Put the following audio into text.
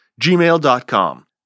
gmail.com